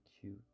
cute